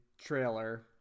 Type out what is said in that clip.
trailer